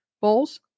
bowls